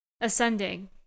ascending